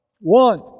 One